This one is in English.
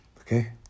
Okay